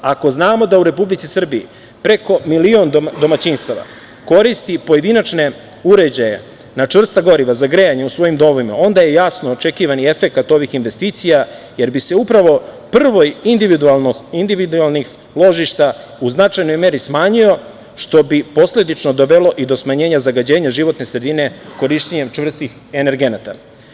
Ako znamo da u Republici Srbiji preko milion domaćinstava koristi pojedinačne uređaje na čvrsta goriva za grejanje u svojim domovima, onda je jasan očekivani efekat ovih investicija, jer bi se upravo prvoj individualnih ložišta u značajnoj meri smanjio, što bi posledično dovelo i do smanjenja zagađenja životne sredine korišćenjem čvrstih energenata.